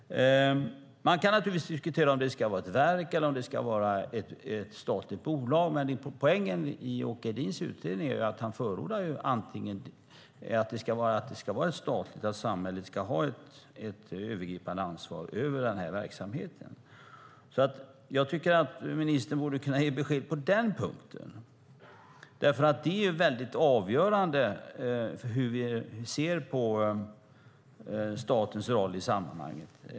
Man kan naturligtvis diskutera om det ska vara ett verk eller om det ska vara ett statligt bolag, men poängen i Åke Hedéns utredning är att han förordar att det ska vara statligt och att samhället ska ha ett övergripande ansvar över den här verksamheten. Jag tycker att ministern borde kunna ge besked på den punkten. Det är väldigt avgörande för hur vi ser på statens roll i sammanhanget.